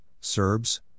Serbs